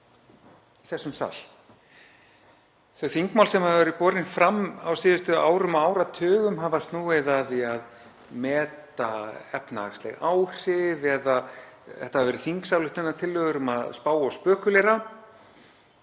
þessum sal. Þau þingmál sem hafa verið borin fram á síðustu árum og áratugum hafa snúið að því að meta efnahagsleg áhrif, þetta hafa verið þingsályktunartillögur um að spá og spekúlera.